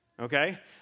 Okay